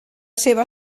seva